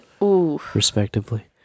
respectively